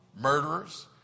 murderers